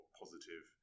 positive